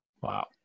Wow